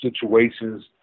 situations